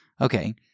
Okay